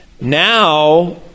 now